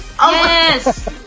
Yes